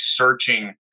searching